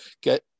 get